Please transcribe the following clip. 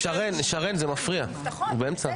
--- בבקשה, זאב.